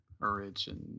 origin